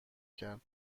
کرد